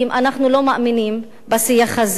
אנחנו לא מאמינים בשיח הזה,